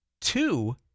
Two